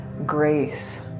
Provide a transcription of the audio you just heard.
grace